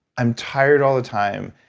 i'm tired all the time.